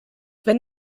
wenn